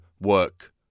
work